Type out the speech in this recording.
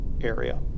area